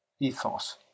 ethos